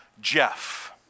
Jeff